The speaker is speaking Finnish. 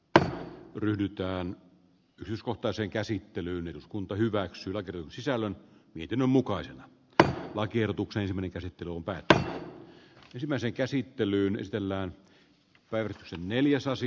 ddr ryyditöön rhyskohtaiseen käsittelyyn eduskunta hyväksyi lain sisällön mietinnön mukaisen lakiehdotuksen meni käsittelun päätös tiesimme sen käsittelyyn tiedolla ole mitään asiaa